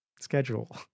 schedule